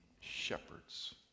shepherds